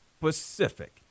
Pacific